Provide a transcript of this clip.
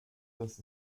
dass